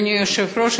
אדוני היושב-ראש,